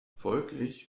folglich